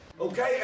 okay